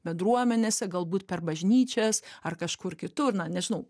bendruomenėse galbūt per bažnyčias ar kažkur kitur na nežinau